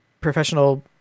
professional